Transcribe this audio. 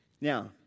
Now